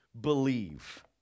believe